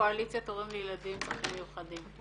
קואליציית הורים לילדים עם צרכים מיוחדים.